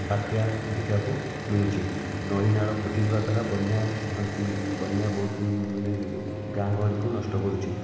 ବାତ୍ୟା ଦେଖିବାକୁ ମିଳୁଛି ନଇଁ ନାଳ ପୋତିଯିବା ଦ୍ୱାରା ବନ୍ୟା ବନ୍ୟା ବହୁତ ମାନେ ଗାଁ ଗହଳିକୁ ନଷ୍ଟ କରୁଛି